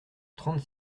trente